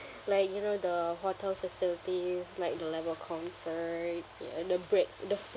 like you know the hotel facilities like the level of comfort ya the break the